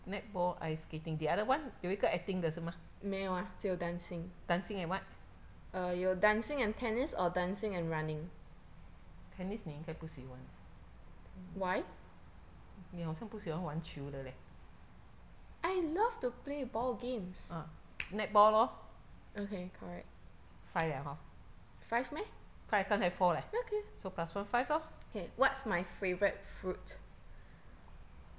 netball ice skating the other [one] 有一个 acting 的是吗 dancing and what tennis 你应该不喜欢你好像不喜欢玩球的 leh ah netball lor five 了 hor five 刚才 four leh so plus one five lor